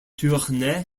tournai